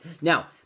Now